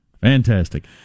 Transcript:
Fantastic